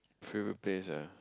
favourite place ah